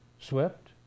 swept